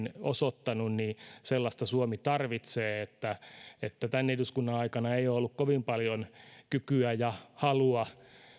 osoittanut suomi tarvitsee tämän eduskunnan aikana ei ole ollut kovin paljon kykyä ja halua